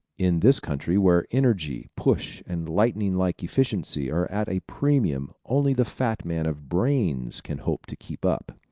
in this country where energy, push and lightning-like efficiency are at a premium only the fat man of brains can hope to keep up.